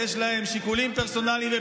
יש להם שיקולים פרסונליים.